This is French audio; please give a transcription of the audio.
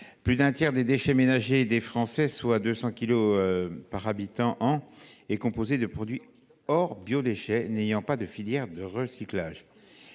Près d’un tiers des déchets ménagers des Français, soit près de 200 kilos par habitant et par an, est composé de produits, hors biodéchets, n’ayant pas de filière de recyclage.